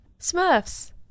Smurfs